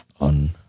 on